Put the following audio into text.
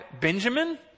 Benjamin